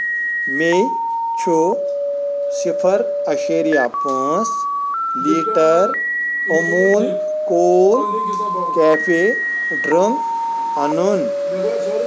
مےٚ چھُ صِفر اَشاریا پانژھ لیٖٹر اموٗل کوٗل کیفے ڈرٛنٛک اَنُن